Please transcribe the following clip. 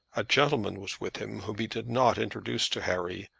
a gentleman was with him, whom he did not introduce to harry,